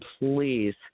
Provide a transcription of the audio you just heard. please